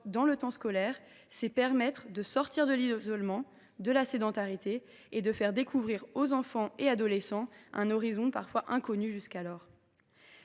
dans le temps scolaire, c’est permettre de sortir de l’isolement, de la sédentarité et de faire découvrir aux enfants et adolescents un horizon parfois inconnu jusqu’alors.